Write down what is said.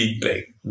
big